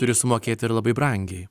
turi sumokėt ir labai brangiai